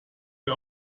wir